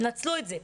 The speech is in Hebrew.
נצלו את זה.